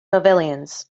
pavilions